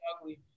ugly